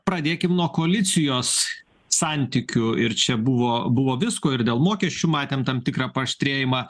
pradėkim nuo koalicijos santykių ir čia buvo buvo visko ir dėl mokesčių matėm tam tikrą paaštrėjimą